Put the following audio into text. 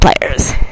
players